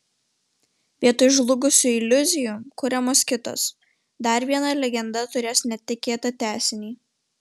vietoj žlugusių iliuzijų kuriamos kitos dar viena legenda turės netikėtą tęsinį